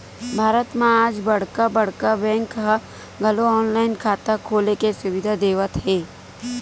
भारत म आज बड़का बड़का बेंक ह घलो ऑनलाईन खाता खोले के सुबिधा देवत हे